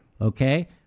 Okay